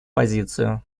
позицию